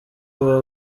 baba